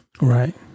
Right